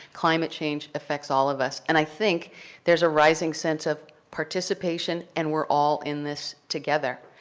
climate change affects all of us, and i think there's a rising sense of participation and we're all in this together.